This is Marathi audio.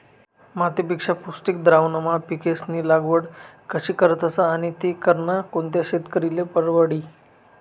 मातीपेक्षा पौष्टिक द्रावणमा पिकेस्नी लागवड कशी करतस आणि ती करनं कोणता शेतकरीले परवडी?